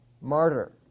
martyr